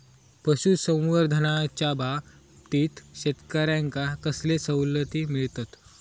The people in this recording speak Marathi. पशुसंवर्धनाच्याबाबतीत शेतकऱ्यांका कसले सवलती मिळतत?